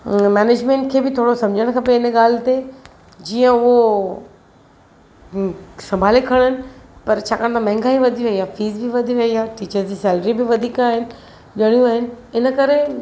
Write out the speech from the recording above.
management खे बि थोरो समुझणु खपे हिन ॻाल्हि ते जीअं उहो हम्म संभाले खणनि पर छा कंदा महांगाई वधी वेई आहे फीस बि वधी वेई आहे टीचर जी सॅलरी बि वधीक आहिनि घणियूं आहिनि इनकरे